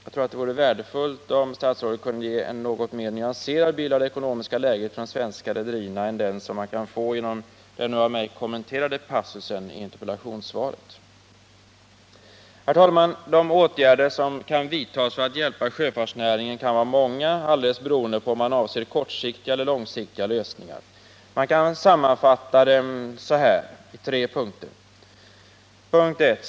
Jag tror att det vore värdefullt om statsrådet kunde ge en något mer nyanserad bild av det ekonomiska läget för de svenska rederierna än den som man kan få genom den nu av mig kommenterade passusen i interpellationssvaret. Herr talman! De åtgärder som kan vidtas för att hjälpa sjöfartsnäringen kan vara många, helt beroende på om man avser kortsiktiga eller långsiktiga lösningar. Man kan sammanfatta dem i tre punkter: 1.